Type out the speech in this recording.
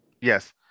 Yes